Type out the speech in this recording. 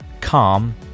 calm